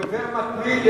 כדובר מתמיד,